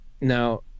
Now